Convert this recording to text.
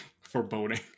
Foreboding